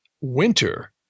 winter